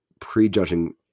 prejudging